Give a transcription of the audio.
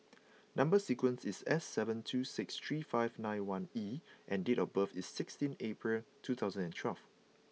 number sequence is S seven two six three five nine one E and date of birth is sixteen April two thousand and twelve